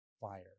fire